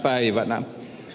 päivänä